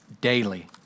daily